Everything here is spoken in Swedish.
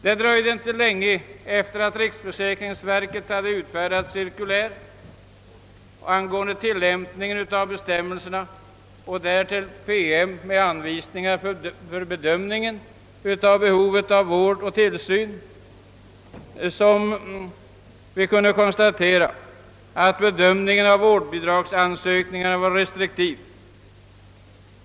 Det dröjde inte länge efter det att riksförsäkringsverket utfärdat ett cirkulär angående tillämpningen av bestämmelserna samt en PM med anvisningar för bedömningen av behovet av vård och tillsyn, förrän vi kunde konstatera, att bedömningen av vårdbidragsansökningarna var restriktiv.